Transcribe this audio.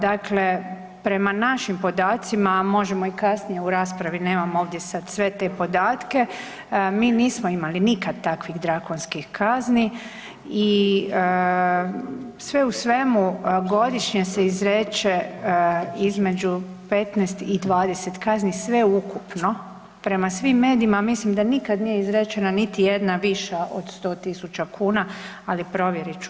Dakle, prema našim podacima, a možemo i kasnije u raspravi, nemam ovdje sad sve te podatke, mi nismo imali nikad takvih drakonskih kazni i sve u svemu godišnje se izreče između 15 i 20 kazni, sveukupno prema svim medijima mislim da nikad nije izrečena niti jedna više od 100.000 kuna, ali provjerit ću.